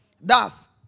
Thus